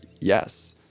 yes